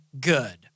good